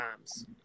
times